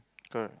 girl